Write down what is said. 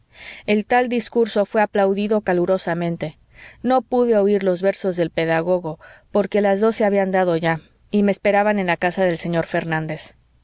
el tal discurso fué aplaudido calurosamente no pude oir los versos del pedagogo porque las doce habían dado ya y me esperaban en la casa del señor fernández